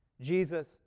Jesus